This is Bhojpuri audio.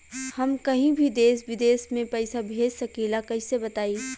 हम कहीं भी देश विदेश में पैसा भेज सकीला कईसे बताई?